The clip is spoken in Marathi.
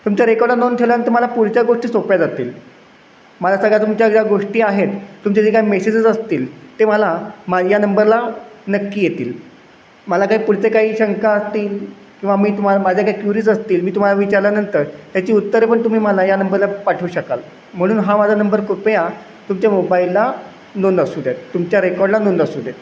तुमच्या रेकॉर्डात नोंद केल्यानंतर मला पुढच्या गोष्टी सोप्या जातील मला सगळ्या तुमच्या ज्या गोष्टी आहेत तुमचे जे काय मेसेजेस असतील ते मला मा या नंबरला नक्की येतील मला काय पुढचे काही शंका असतील किंवा मी तुम्हाला माझ्या काय क्युरियज असतील मी तुम्हाला विचारल्यानंतर त्याची उत्तरं पण तुम्ही मला या नंबरला पाठवू शकाल म्हणून हा माझा नंबर कृपया तुमच्या मोबायलला नोंद असू द्यात तुमच्या रेकॉर्डला नोंद असूद्या